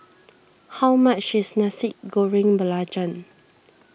how much is Nasi Goreng Belacan